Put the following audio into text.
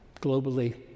globally